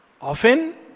often